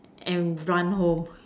and run home